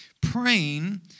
praying